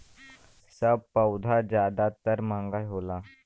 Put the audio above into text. सब पउधा जादातर महंगा होला